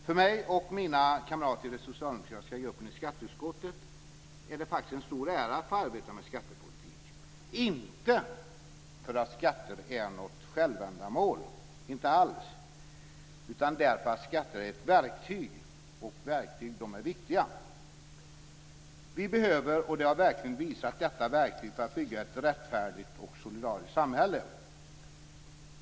För mig och mina kamrater i den socialdemokratiska gruppen i skatteutskottet är det faktiskt en stor ära att få arbeta med skattepolitik, inte för att skatter är något självändamål, inte alls, utan därför att skatter är ett verktyg, och verktyg är viktiga. Vi behöver, och det har verkligheten visat, detta verktyg för att bygga ett rättfärdigt och solidariskt samhälle.